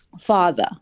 father